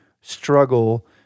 struggle